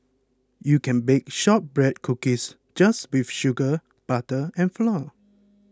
you can bake Shortbread Cookies just with sugar butter and flour